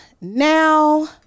now